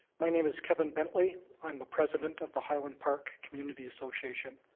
my name is kevin bentley. i'm the president of the highland park community association.